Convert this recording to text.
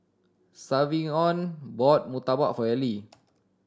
Savion bought murtabak for Ally